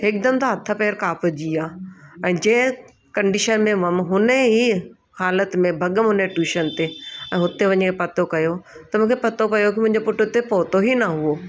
हिकदमि सां हथ पेर कापिजी विया ऐं जंहिं कंडीशन में हुअमि हुन ई हालति में भॻमि उन ट्यूशन ते ऐं हुते वञी पतो कयो त मूंखे पतो पयो की मुंहिंजो पुटु हुते पहुतो ई न हुओ